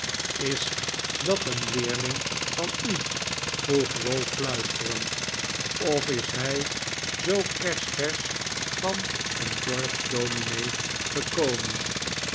is dat een leerling van u vroeg ralph fluisterend of is hij zoo kersversch van een dorpsdomine gekomen